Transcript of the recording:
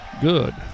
good